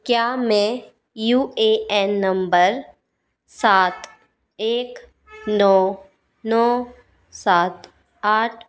क्या मैं U A N नंबर सात एक नौ नौ सात आठ